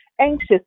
anxious